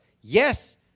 Yes